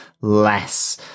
less